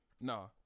Nah